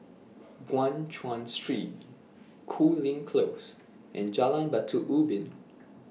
Guan Chuan Street Cooling Close and Jalan Batu Ubin